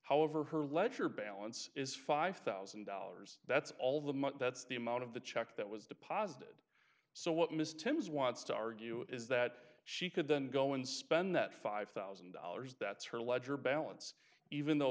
however her ledger balance is five thousand dollars that's all the money that's the amount of the check that was deposited so what miss toombs wants to argue is that she could then go and spend that five thousand dollars that's her ledger balance even though